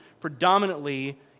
predominantly